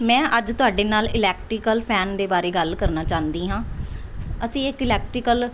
ਮੈਂ ਅੱਜ ਤੁਹਾਡੇ ਨਾਲ ਇਲੈਕਟਰੀਕਲ ਫੈਨ ਦੇ ਬਾਰੇ ਗੱਲ ਕਰਨਾ ਚਾਹੁੰਦੀ ਹਾਂ ਅਸੀਂ ਇੱਕ ਇਲੈਕਟਰੀਕਲ